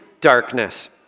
darkness